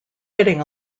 hitting